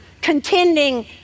contending